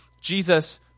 Jesus